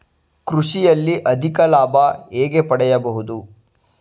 ಕೃಷಿಯಲ್ಲಿ ಅಧಿಕ ಲಾಭ ಹೇಗೆ ಪಡೆಯಬಹುದು?